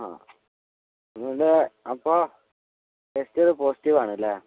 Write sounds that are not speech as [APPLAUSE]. ആഹ് [UNINTELLIGIBLE] അപ്പോൾ ടെസ്റ്റ് ചെയ്ത് പോസിറ്റീവ് ആണല്ലേ